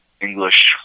English